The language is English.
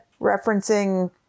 referencing